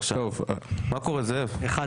הצבעה בעד 4 נגד 8 נמנעים אין לא אושר.